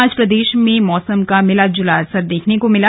आज प्रदेश में मौसम का मिला जुला असर देखने को मिला